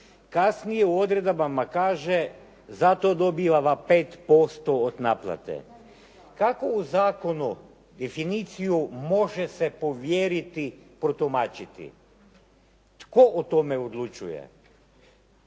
Kasnije u odredbama kaže za to dobiva 5% od naplate. Kako u zakonu definiciju može se povjeriti protumačiti? Tko o tome odlučuje?